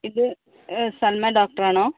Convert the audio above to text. ഇത് സൽമാൻ ഡോക്ടറാണോ